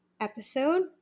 episode